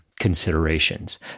considerations